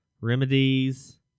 Remedies